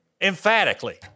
emphatically